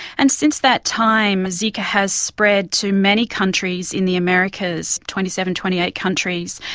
and since that time zika has spread to many countries in the americas, twenty seven, twenty eight countries.